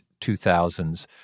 2000s